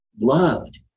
loved